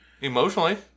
Emotionally